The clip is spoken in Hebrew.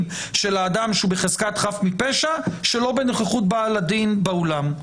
של האדם שהוא בחזקת אדם מפשע שלא בנוכחות בעל הדין באולם.